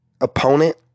opponent